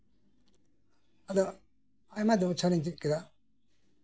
ᱟᱫᱚ ᱟᱭᱢᱟ ᱵᱚᱪᱷᱚᱨᱤᱧ ᱪᱮᱫ ᱠᱮᱫᱟ